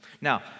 Now